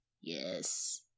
yes